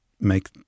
make